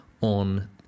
on